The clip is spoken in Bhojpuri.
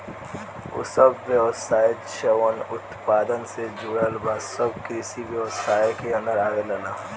उ सब व्यवसाय जवन उत्पादन से जुड़ल बा सब कृषि व्यवसाय के अन्दर आवेलला